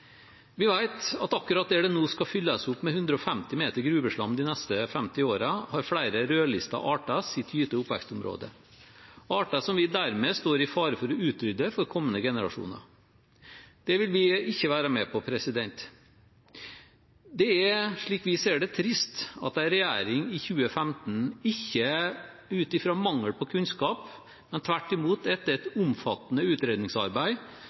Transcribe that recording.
Vi vet at akkurat der det nå skal fylles opp med 150 meter gruveslam de neste 50 årene, har flere rødlista arter sitt gyte- og oppvekstområde – arter som vi dermed står i fare for å utrydde for kommende generasjoner. Det vil vi ikke være med på. Det er, slik vi ser det, trist at en regjering i 2015 – ikke ut fra mangel på kunnskap, men tvert imot etter et omfattende utredningsarbeid